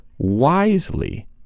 wisely